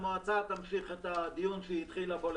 המועצה תמשיך את הדיון בו היא התחילה.